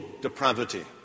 depravity